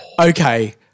Okay